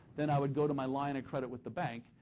then i would go to my line of credit with the bank,